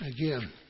Again